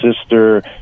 sister